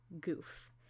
goof